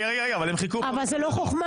גם בכנסת הקודמת וגם --- אבל זה לא חוכמה,